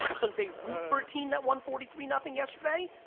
because they root for a team that won forty three nothing yesterday,